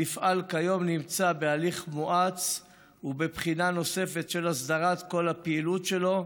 המפעל נמצא כיום בהליך מואץ ובבחינה נוספת של הסדרת כל הפעילות שלו.